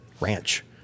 ranch